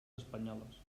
espanyoles